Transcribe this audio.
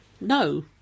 No